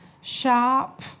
sharp